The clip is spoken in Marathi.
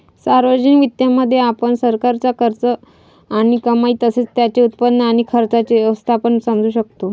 सार्वजनिक वित्तामध्ये, आपण सरकारचा खर्च आणि कमाई तसेच त्याचे उत्पन्न आणि खर्चाचे व्यवस्थापन समजू शकतो